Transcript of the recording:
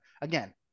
again